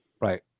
right